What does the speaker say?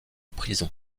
prison